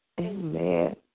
Amen